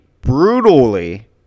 brutally